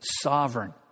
sovereign